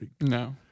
no